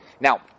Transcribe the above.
Now